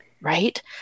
right